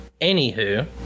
Anywho